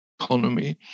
Economy